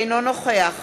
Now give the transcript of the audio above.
אינו נוכח